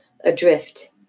Adrift